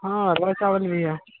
हाँ चावल भी है